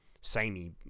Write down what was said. samey